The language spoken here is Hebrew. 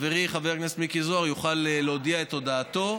חברי חבר הכנסת מיקי זוהר, יוכל להודיע את הודעתו.